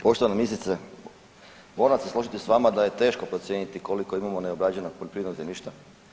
Poštovana ministrice moram se složiti sa vama da je teško procijeniti koliko imamo neobrađenog poljoprivrednog zemljišta.